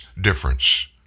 difference